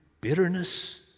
bitterness